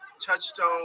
touchstone